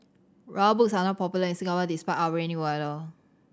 Rubber Boots are not popular in Singapore despite our rainy weather